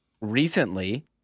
recently